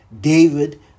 David